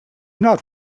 not